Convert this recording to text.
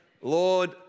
Lord